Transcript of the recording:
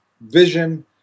vision